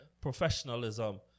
Professionalism